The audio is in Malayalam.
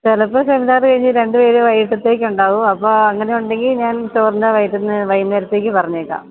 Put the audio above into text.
ചിലപ്പോൾ സെമിനാറ് കഴിഞ്ഞ് രണ്ടുപേര് വൈകിട്ടത്തേക്ക് ഉണ്ടാവും അപ്പോൾ അങ്ങനെയുണ്ടെങ്കിൽ ഞാൻ ചോറിന് വൈകുന്നേരത്തേക്ക് പറഞ്ഞേക്കാം